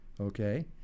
okay